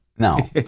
No